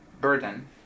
burden